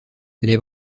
les